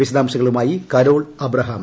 വിശദാംശങ്ങളുമായി കരോൾ അബ്രഹാം